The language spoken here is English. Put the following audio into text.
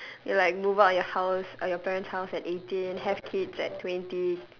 you like move out of your house or your parents' house at eighteen have kids at twenty